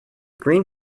green